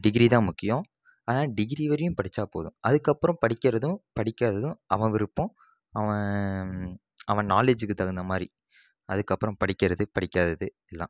டிகிரிதான் முக்கியம் ஆனால் டிகிரி வரையும் படித்தா போதும் அதுக்கப்புறம் படிக்கிறதும் படிக்காததும் அவன் விருப்பம் அவன் அவன் நாலேஜிக்கு தகுந்த மாதிரி அதுக்கப்புறம் படிக்கிறது பிடிக்காதது எல்லாம்